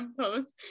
post